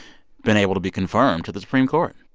been able to be confirmed to the supreme court?